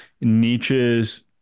Nietzsche's